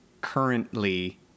currently